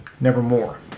nevermore